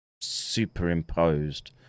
superimposed